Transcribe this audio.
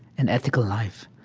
an ethical life,